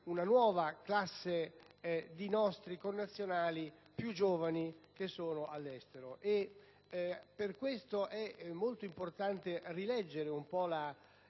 Grazie,